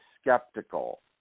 skeptical